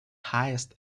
highest